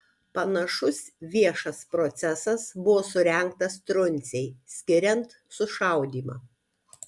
panašus viešas procesas buvo surengtas truncei skiriant sušaudymą